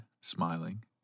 smiling